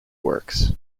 works